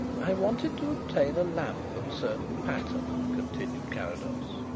i wanted to obtain a lamp of a certain pattern, continued carrados.